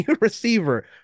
receiver